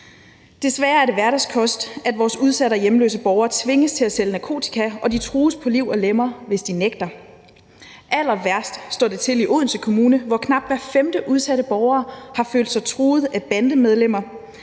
Desværre er det hverdagskost, at vores udsatte og hjemløse borgere tvinges til at sælge narkotika, og de trues på liv og lemmer, hvis de nægter. Allerværst står det til i Odense Kommune, hvor knap hver femte udsatte borger har følt sig truet af bandemedlemmer.